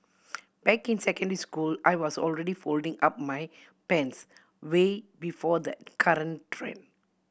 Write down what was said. back in secondary school I was already folding up my pants way before the current trend